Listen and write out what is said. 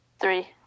Three